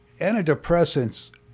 antidepressants